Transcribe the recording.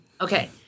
Okay